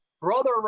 Brother